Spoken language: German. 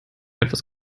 etwas